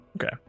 Okay